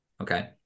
okay